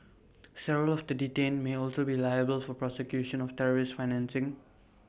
several of the detained may also be liable for prosecution of terrorist financing